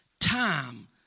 Time